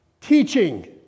teaching